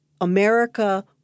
America